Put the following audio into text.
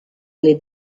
alle